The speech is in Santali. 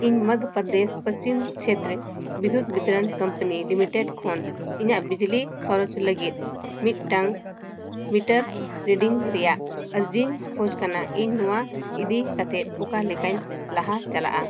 ᱤᱧ ᱢᱚᱭᱫᱷᱚᱯᱚᱨᱫᱮᱹᱥ ᱯᱚᱥᱪᱷᱤᱢ ᱪᱷᱮᱛᱨᱚ ᱵᱤᱫᱽᱫᱩᱛ ᱵᱤᱛᱚᱨᱚᱱ ᱠᱳᱢᱯᱟᱹᱱᱤ ᱞᱤᱢᱤᱴᱮᱹᱰ ᱠᱷᱚᱱ ᱤᱧᱟᱹᱜ ᱵᱤᱡᱽᱞᱤ ᱠᱷᱚᱨᱚᱪ ᱞᱟᱹᱜᱤᱫ ᱢᱤᱫᱴᱟᱱ ᱢᱤᱴᱟᱨ ᱨᱤᱰᱤᱝ ᱨᱮᱭᱟᱜ ᱟᱨᱡᱤᱧ ᱠᱷᱳᱡᱽ ᱠᱟᱱᱟ ᱤᱧ ᱱᱚᱣᱟ ᱤᱫᱤ ᱠᱟᱛᱮᱫ ᱚᱠᱟ ᱞᱮᱠᱟᱧ ᱞᱟᱦᱟ ᱪᱟᱞᱟᱜᱼᱟ